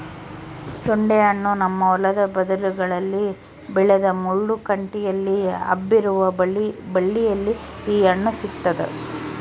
ತೊಂಡೆಹಣ್ಣು ನಮ್ಮ ಹೊಲದ ಬದುಗಳಲ್ಲಿ ಬೆಳೆದ ಮುಳ್ಳು ಕಂಟಿಯಲ್ಲಿ ಹಬ್ಬಿರುವ ಬಳ್ಳಿಯಲ್ಲಿ ಈ ಹಣ್ಣು ಸಿಗ್ತಾದ